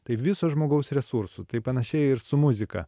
tai viso žmogaus resursų tai panašiai ir su muzika